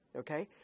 okay